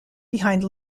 behind